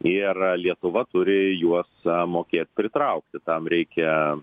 ir lietuva turi juos a mokėt pritraukt tam reikia